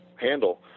handle